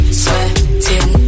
sweating